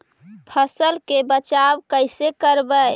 फसल के बचाब कैसे करबय?